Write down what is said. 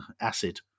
acid